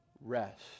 rest